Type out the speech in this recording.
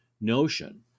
notion